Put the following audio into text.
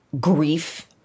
grief